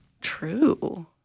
true